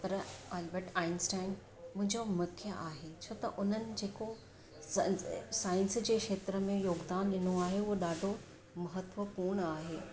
पर Albert Einstein मुंहिंजो मुख्य आहे छो त उन्हनि जेको साइंस जे क्षेत्र में योगदानु ॾिनो आहे उहो ॾाढो महत्तवपूण आहे